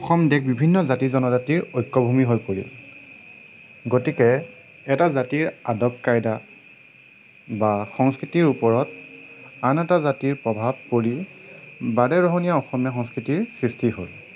অসম দেশ বিভিন্ন জাতি জনজাতিৰ ঐক্যভূমি হৈ পৰিল গতিকে এটা জাতিৰ আদৱ কাইদা বা সংস্কৃতিৰ ওপৰত আন এটা জাতিৰ প্ৰভাৱ পৰি বাৰেৰহণীয়া অসমীয়া সংস্কৃতিৰ সৃষ্টি হ'ল